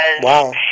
wow